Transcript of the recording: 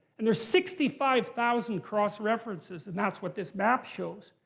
and there's sixty-five thousand cross-references, and that's what this map shows.